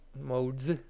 Modes